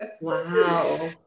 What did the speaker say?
Wow